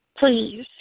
Please